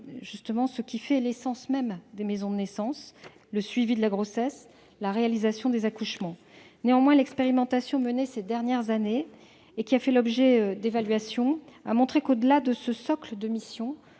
ce qui fait l'essence même des maisons de naissance : le suivi de la grossesse et la réalisation des accouchements. Néanmoins, l'expérimentation qui a été menée ces dernières années et qui a fait l'objet d'évaluations a montré que, au-delà de ce socle de missions,